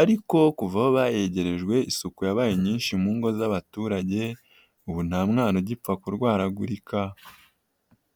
ariko kuva aho bayegerejwe isuku yabaye nyinshi mu ngo z'abaturage, ubu nta mwana ugipfa kurwaragurika.